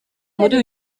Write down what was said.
muri